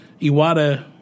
Iwata